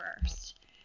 first